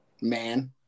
Man